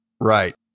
Right